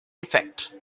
effect